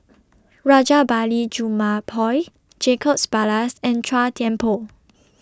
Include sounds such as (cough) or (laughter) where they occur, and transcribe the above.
(noise) Rajabali Jumabhoy Jacob Ballas and Chua Thian Poh